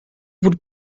would